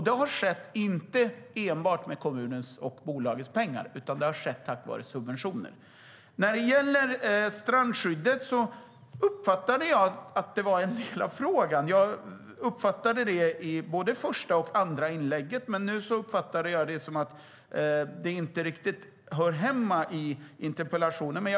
Det har inte gjorts enbart med kommunens och bolagets pengar, utan det har kunnat göras tack vare subventioner. När det gäller strandskyddet uppfattade jag det i både första och andra inlägget som en del av frågan, men nu uppfattar jag det som att det inte riktigt hör hemma i den här interpellationen.